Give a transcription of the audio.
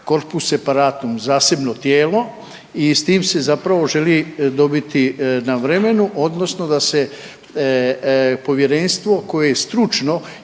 korpus separatum, zasebno tijelo i s tim se zapravo želi dobiti na vremenu odnosno da se povjerenstvo koje je stručno